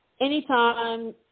Anytime